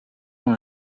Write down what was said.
van